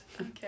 Okay